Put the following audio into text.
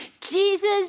Jesus